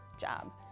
job